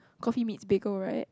coffee meets bagel right